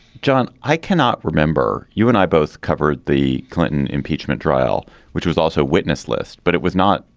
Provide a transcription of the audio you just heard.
john? i cannot remember you and i both covered the clinton impeachment trial, which was also a witness list, but it was not.